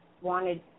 wanted